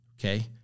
okay